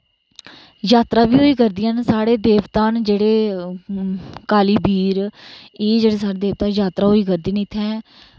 जात्तरां बी होए करदियां न साढ़े देवता न जेह्ड़े काली बीर एह् जेह्ड़े साढ़े देवता जात्तरा होए करदे न इत्थें